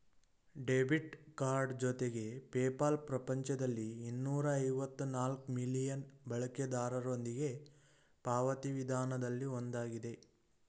debit card ಜೊತೆಗೆ PayPal ಪ್ರಪಂಚದಲ್ಲಿ ಇನ್ನೂರ ಐವತ್ತ ನಾಲ್ಕ್ ಮಿಲಿಯನ್ ಬಳಕೆದಾರರೊಂದಿಗೆ ಪಾವತಿ ವಿಧಾನದಲ್ಲಿ ಒಂದಾಗಿದೆ